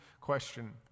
question